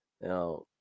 Now